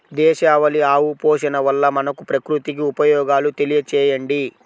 దేశవాళీ ఆవు పోషణ వల్ల మనకు, ప్రకృతికి ఉపయోగాలు తెలియచేయండి?